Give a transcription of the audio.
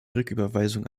rücküberweisung